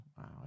Wow